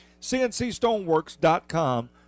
CNCStoneworks.com